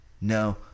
No